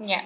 yup